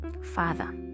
Father